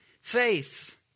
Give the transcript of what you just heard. faith